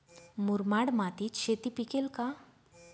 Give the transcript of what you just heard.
मुरमाड मातीत शेती पिकेल का?